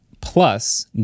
plus